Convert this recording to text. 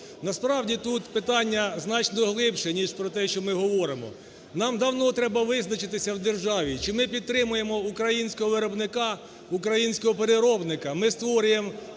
Насправді тут питання значно глибше, ніж про те, що ми говоримо. Нам давно треба визначитися в державі, чи ми підтримуємо українського виробника, українського переробника, ми створюємо